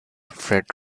fred